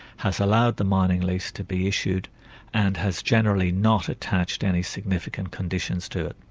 has allowed the mining lease to be issued and has generally not attached any significant conditions to it.